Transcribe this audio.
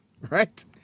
Right